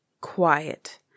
Quiet